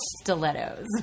stilettos